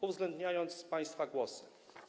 uwzględniając państwa głosy.